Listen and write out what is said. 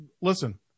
listen